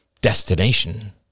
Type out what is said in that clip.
destination